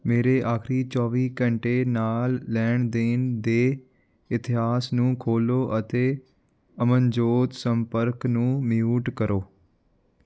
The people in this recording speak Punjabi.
ਮੇਰੇ ਆਖਰੀ ਚੌਵੀ ਘੰਟੇ ਨਾਲ ਲੈਣ ਦੇਣ ਦੇ ਇਤਿਹਾਸ ਨੂੰ ਖੋਲ੍ਹੋ ਅਤੇ ਅਮਨਜੋਤ ਸੰਪਰਕ ਨੂੰ ਮਿਊਟ ਕਰੋ